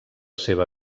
seva